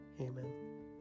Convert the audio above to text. Amen